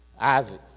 Isaac